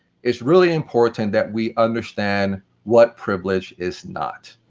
it's really important that we understand what privilege is not.